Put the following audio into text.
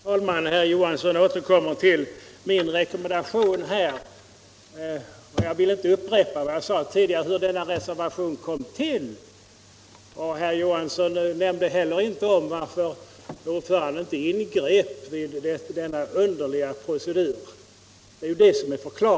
Herr talman! Herr Johansson i Trollhättan återkommer till min rekommendation. Jag vill inte upprepa vad jag sade tidigare om hur reservationen kom till. Herr Johansson nämnde heller inte varför han som är förklaringen att finna.